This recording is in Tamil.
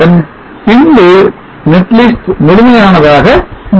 அதன்பின்பு netlist முழுமையானதாக மாறுகிறது